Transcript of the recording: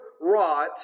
wrought